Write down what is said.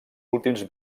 últims